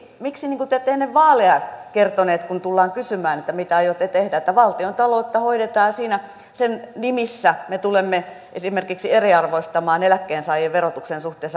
miksi te ette ennen vaaleja kertoneet kun tullaan kysymään että mitä aiotte tehdä että valtiontaloutta hoidetaan ja sen nimissä me tulemme esimerkiksi eriarvoistamaan eläkkeensaajien verotuksen suhteessa palkansaajiin